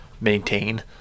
maintain